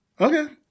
Okay